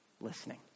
listening